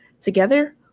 Together